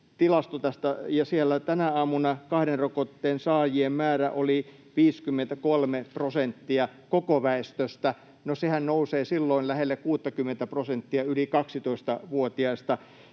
tänä aamuna kahden rokotteen saajien määrä oli 53 prosenttia koko väestöstä. No, sehän nousee silloin lähelle 60:tä prosenttia yli 12-vuotiaista.